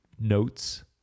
notes